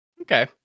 Okay